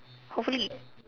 hopefully